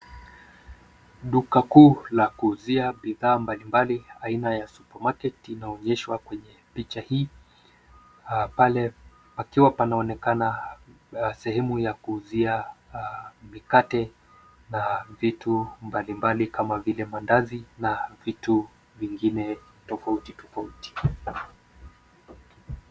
Duka kuu la kuuzia bidhaa mbalimbali aina ya supermarket inaonyeshwa kwenye picha hii, pale pakiwa panaonekana sehemu ya kuuzia mikate na vitu mbalimbali kama vile mandazi na vitu vingine tofauti tofauti.